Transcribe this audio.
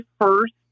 first